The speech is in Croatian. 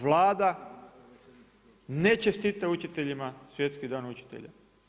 Vlada ne čestita učiteljima Svjetski dan učitelja.